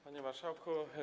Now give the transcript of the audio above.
Panie Marszałku!